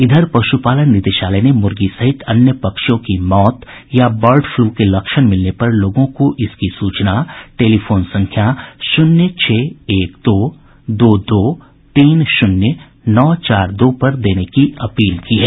इधर पशुपालन निदेशालय ने मूर्गी सहित अन्य पक्षियों की मौत या बर्ड फ्लू के लक्षण मिलने पर लोगों को इसकी सूचना टेलीफोन संख्या शून्य छह एक दो दो दो तीन शून्य नौ चार दो पर देने की अपील की है